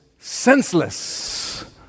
Senseless